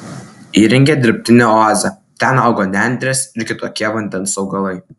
įrengė dirbtinę oazę ten augo nendrės ir kitokie vandens augalai